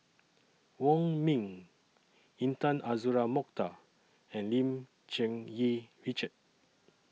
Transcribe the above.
Wong Ming Intan Azura Mokhtar and Lim Cherng Yih Richard